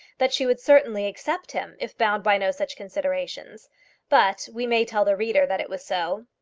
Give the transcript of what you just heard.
that she would certainly accept him if bound by no such considerations but we may tell the reader that it was so.